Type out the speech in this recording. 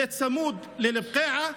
זה צמוד לאל-בקעה.